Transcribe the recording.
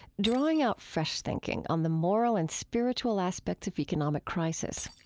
drawing out fresh thinking on the moral and spiritual aspects of economic crisis.